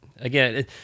Again